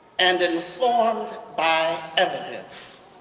and informed by evidence.